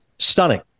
Stunning